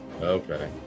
Okay